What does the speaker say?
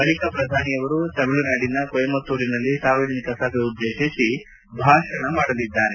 ಬಳಿಕ ಪ್ರಧಾನಿ ಅವರು ತಮಿಳುನಾಡಿನ ಕೊಯಮತ್ತೂರಿನಲ್ಲಿ ಸಾರ್ವಜನಿಕ ಸಭೆಯನ್ನುದ್ದೇಶಿಸಿ ಭಾಷಣ ಮಾಡಲಿದ್ದಾರೆ